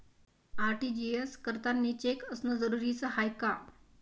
RTGS करतांनी cheque असनं जरुरीच हाय का?